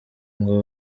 ngo